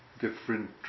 different